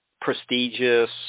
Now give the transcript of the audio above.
prestigious